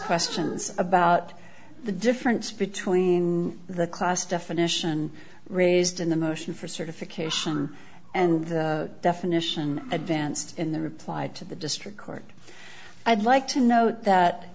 questions about the difference between the class definition raised in the motion for certification and the definition advanced in the reply to the district court i'd like to note that